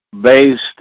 based